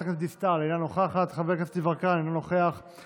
אינו נוכח, חברת הכנסת דיסטל, אינה נוכחת,